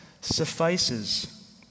suffices